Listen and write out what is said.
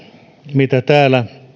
mitä täällä